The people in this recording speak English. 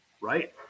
right